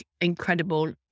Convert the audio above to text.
incredible